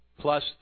plus